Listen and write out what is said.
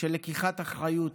של לקיחת אחריות,